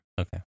Okay